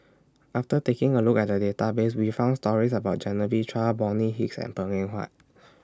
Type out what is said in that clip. after taking A Look At The Database We found stories about Genevieve Chua Bonny Hicks and Png Eng Huat